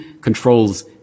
controls